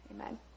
amen